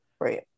Right